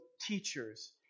teachers